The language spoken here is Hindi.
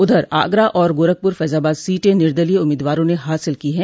उधर आगरा और गोरखपुर फैजाबाद सीटें निर्दलीय उम्मीदवारों ने हासिल की है